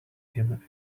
him